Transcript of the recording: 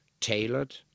tailored